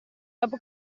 dopo